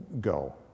go